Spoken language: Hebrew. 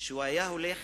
שהיה הולך